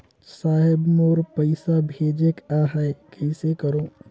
साहेब मोर पइसा भेजेक आहे, कइसे करो?